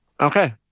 okay